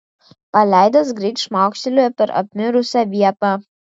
paleidęs greit šmaukštelėjo per apmirusią vietą